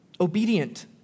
Obedient